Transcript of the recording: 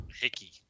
Hickey